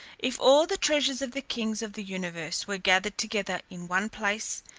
if all the treasures of the kings of the universe were gathered together in one place,